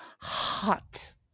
Hot